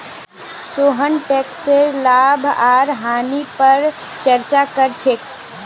सोहन टैकसेर लाभ आर हानि पर चर्चा कर छेक